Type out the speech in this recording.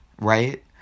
Right